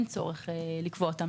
שאין צורך לקבוע אותם,